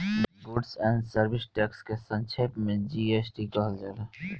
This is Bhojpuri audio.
गुड्स एण्ड सर्विस टैक्स के संक्षेप में जी.एस.टी कहल जाला